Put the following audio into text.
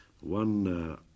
one